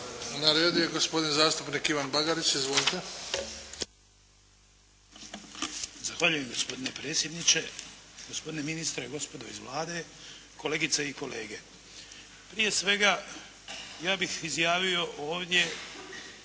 Na redu je gospodin zastupnik Ivan Bagarić. Izvolite. **Bagarić, Ivan (HDZ)** Zahvaljujem gospodine predsjedniče, gospodine ministre, gospodo iz Vlade, kolegice i kolege. Prije svega, ja bih izjavio ovdje